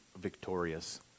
victorious